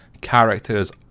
characters